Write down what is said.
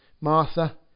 Martha